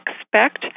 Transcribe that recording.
expect